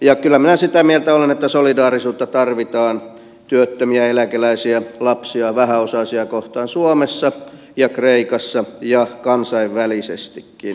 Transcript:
ja kyllä minä sitä mieltä olen että solidaarisuutta tarvitaan työttömiä eläkeläisiä lapsia vähäosaisia kohtaan suomessa ja kreikassa ja kansainvälisestikin